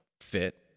fit